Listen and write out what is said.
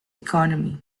economy